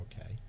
okay